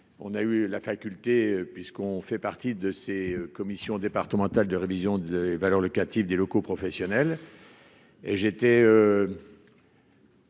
on a eu la faculté puisqu'on fait partie de ces commissions départementales de révision des valeurs locatives des locaux professionnels et j'étais.